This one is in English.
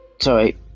sorry